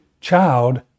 child